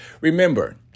remember